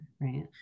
right